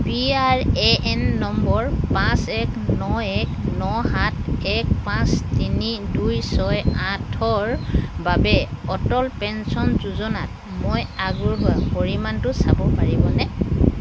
P R A N number পাঁচ এক ন এক ন সাত এক পাঁচ তিনি দুই ছয় আঠৰ বাবে অটল পেঞ্চন যোজনাত মই আগবঢ়োৱা পৰিমাণটো চাব পাৰিবনে